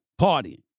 partying